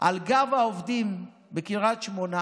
על גב העובדים בקריית שמונה.